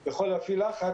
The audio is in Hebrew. אני יכול להפעיל לחץ,